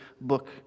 book